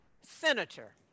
senator